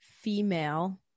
female